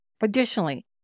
Additionally